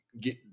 get